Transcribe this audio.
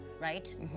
Right